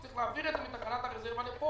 יהיה צריך להעביר את זה מתקנה הרזרבה לפה.